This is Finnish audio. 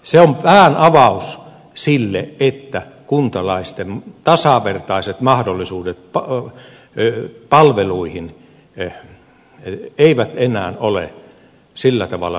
se on päänavaus sille että kuntalaisten tasavertaiset mahdollisuudet palveluihin eivät enää ole sillä tavalla saavutettavissa